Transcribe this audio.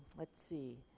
let's see,